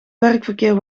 werkverkeer